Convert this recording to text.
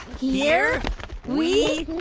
here we